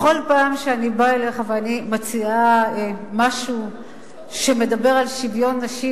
בכל פעם שאני באה אליך ואני מציעה משהו שמדבר על שוויון נשים,